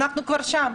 אנחנו כבר שם.